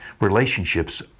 Relationships